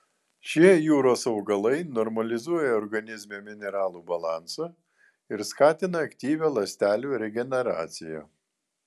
šie jūros augalai normalizuoja organizme mineralų balansą ir skatina aktyvią ląstelių regeneraciją